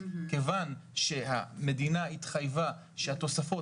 כיוון שהמדינה התחייבה שהתוספות,